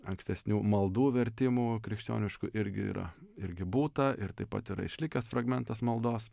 ankstesnių maldų vertimų krikščioniškų irgi yra irgi būta ir taip pat yra išlikęs fragmentas maldos